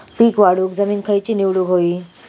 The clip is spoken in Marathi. पीक वाढवूक जमीन खैची निवडुक हवी?